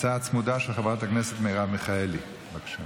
הצעה צמודה של חברת הכנסת מרב מיכאלי, בבקשה.